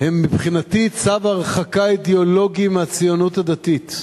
היא מבחינתי צו הרחקה אידיאולוגי מהציונות הדתית.